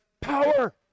power